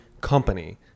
company